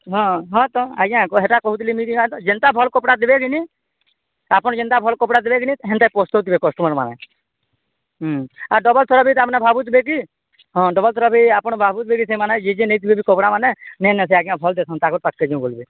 ହଁ ହଁ ତ ଆଜ୍ଞା ହେଟା କହୁଥିଲି ମୁଇଁ ଯେନ୍ତା ଭଲ୍ କପଡ଼ା ଦେବେ କିନି ଆପଣ ଯେନ୍ତା ଭଲ କପଡ଼ା ଦେବେ କିନି ସେନ୍ତା ପସ୍ତଉଥିବେ କଷ୍ଟମରମାନେ ହୁଁ ଆଉ ଡବଲ ସରପ ବି ତ ଆମେ ଭାବୁଥିବେ କି ହଁ ଡବଲ ସର ବି ଆପଣ ଭାବୁଥିବେ କି ସେମାନେ ଯିଏ ନେଇଥିବେ ବି କପଡ଼ା ମାନେଁନା ସେ ଆଜ୍ଞା ଭଲ ଦେନ୍ ତାଙ୍କର୍ ପାଖକେ ଯିବୁ ବୋଲବେ